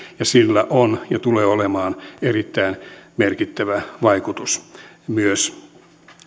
ja sillä on ja tulee olemaan erittäin merkittävä vaikutus myös